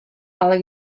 ale